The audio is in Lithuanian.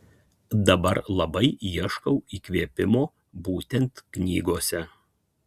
dabar labai ieškau įkvėpimo būtent knygose